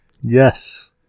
Yes